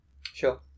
Sure